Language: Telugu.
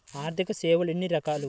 ఆర్థిక సేవలు ఎన్ని రకాలు?